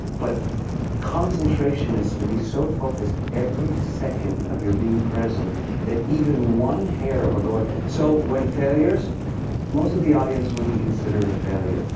but concentration is to be so focused every second of your being present that even one hair of a so when failures most of the audience wouldn't consider it a failure.